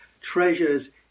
treasures